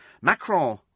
Macron